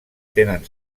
tenen